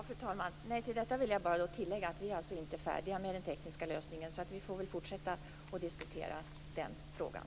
Fru talman! Till detta vill jag bara tillägga att vi inte är färdiga med den tekniska lösningen. Vi får väl fortsätta att diskutera den frågan.